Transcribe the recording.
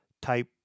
type